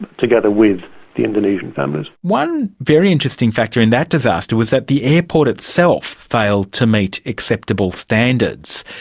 together with the indonesian families. one very interesting factor in that disaster was that the airport itself failed to meet acceptable standards.